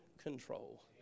control